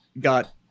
got